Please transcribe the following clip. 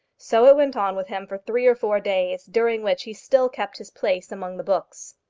so it went on with him for three or four days, during which he still kept his place among the books.